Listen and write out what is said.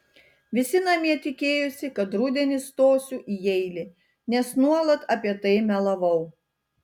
visi namie tikėjosi kad rudenį stosiu į jeilį nes nuolat apie tai melavau